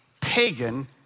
pagan